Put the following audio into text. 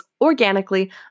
organically